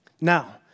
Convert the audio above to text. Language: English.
Now